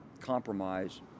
compromise